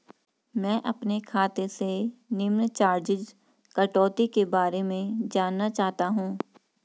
मैं अपने खाते से निम्न चार्जिज़ कटौती के बारे में जानना चाहता हूँ?